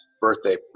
birthday